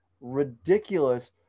ridiculous